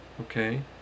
okay